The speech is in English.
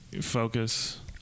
focus